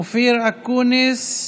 אופיר אקוניס,